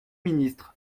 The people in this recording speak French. ministre